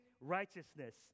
righteousness